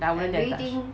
then I won't dare touch